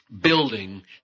building